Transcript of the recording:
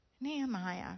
Nehemiah